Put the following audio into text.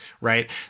right